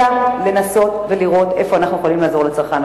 אלא לנסות ולראות איפה אנחנו יכולים לעזור לצרכן.